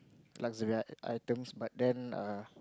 luxury items but then err